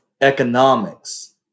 economics